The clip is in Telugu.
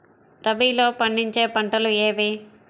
రబీలో పండించే పంటలు ఏవి?